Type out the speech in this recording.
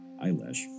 eyelash